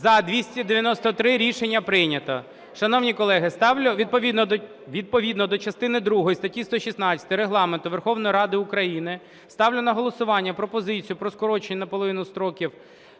За-293 Рішення прийнято. Шановні колеги, відповідно до частини другої статті 116 Регламенту Верховної Ради України ставлю на голосування пропозицію про скорочення наполовину строків